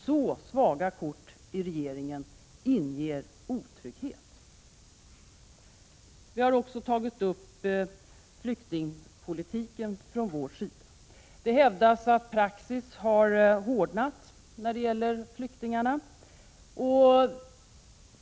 Så svaga kort i regeringen inger otrygghet. Vi har också tagit upp flyktingpolitiken. Det hävdas att praxis har hårdnat när det gäller flyktingarna.